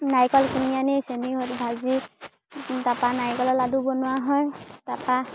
নাৰিকল কিনি আনি চেনি সৈতে ভাজি তাৰপৰা নাৰিকলৰ লাডু বনোৱা হয় তাৰপৰা